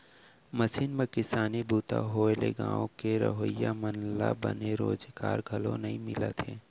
machine म किसानी बूता होए ले गॉंव के रहवइया मन ल बने रोजगार घलौ नइ मिलत हे